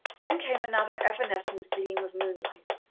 then came another evanescent gleam of moonlight,